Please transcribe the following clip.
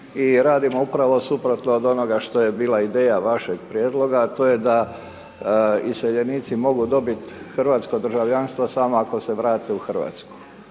i radimo upravo suprotno od onoga što je bila ideja vašeg prijedloga a to je da iseljenici mogu dobit hrvatsko državljanstvo samo ako se vrate u Hrvatsku.